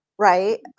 Right